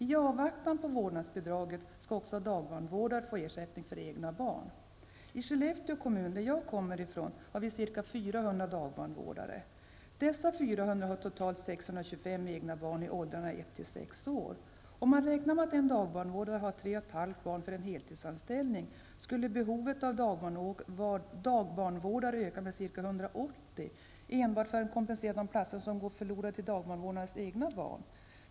I avvaktan på vårdnadsbidraget skall dagbarnvårdare få ersättning också för egna barn. I Skellefteå kommun som jag kommer ifrån har vi ca 400 dagbarnvårdare. Dessa 400 har totalt 625 egna barn i åldrarna 1--6 år. Om man räknar med att en dagbarnvårdare har 3,5 barn för en heltidsanställning, skulle behovet av dagbarnvårdare öka med ca 180 enbart för att kompensera de platser som går förlorade till dagbarnvårdarnas egna barn.